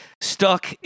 stuck